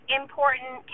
important